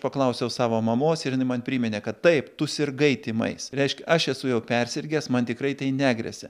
paklausiau savo mamos ir jinai man priminė kad taip tu sirgai tymais reiškia aš esu jau persirgęs man tikrai tai negresia